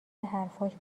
حرفاش